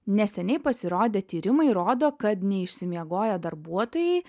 neseniai pasirodę tyrimai rodo kad neišsimiegoję darbuotojai